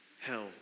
Hell